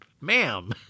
ma'am